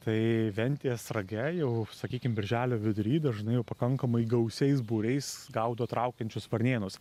tai ventės rage jau sakykim birželio vidury dažnai jau pakankamai gausiais būriais gaudo traukiančius varnėnus